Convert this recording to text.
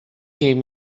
gave